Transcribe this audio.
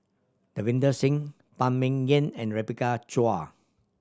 Davinder Singh Phan Ming Yen and Rebecca Chua